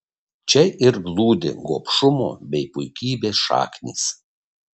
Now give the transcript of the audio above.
čia ir glūdi gobšumo bei puikybės šaknys